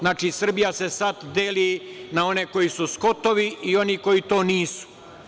Znači, Srbija se sada deli na one koji su Skotovi i oni koji to nisu.